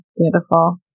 Beautiful